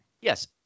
Yes